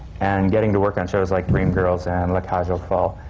and getting to work on shows like dreamgirls and la cage aux folles,